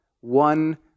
one